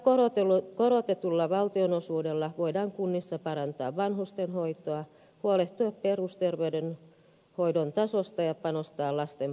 tällä korotetulla valtionosuudella voidaan kunnissa parantaa vanhustenhoitoa huolehtia perusterveydenhoidon tasosta ja panostaa lasten palveluihin